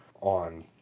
on